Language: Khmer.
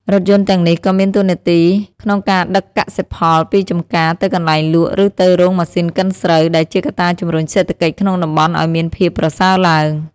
រថយន្តទាំងនេះក៏មានតួនាទីក្នុងការដឹកកសិផលពីចម្ការទៅកន្លែងលក់ ឬទៅរោងម៉ាស៊ីនកិនស្រូវ ដែលជាកត្តាជំរុញសេដ្ឋកិច្ចក្នុងតំបន់ឱ្យមានភាពប្រសើរឡើង។